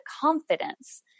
confidence